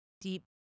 deep